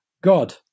God